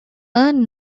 earned